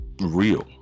real